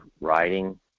writing